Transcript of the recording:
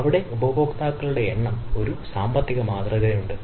അവിടെ ഉപഭോക്താക്കളുടെ എണ്ണം ഒരു സാമ്പത്തിക മാതൃകയുണ്ട്